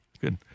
Good